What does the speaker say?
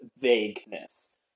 vagueness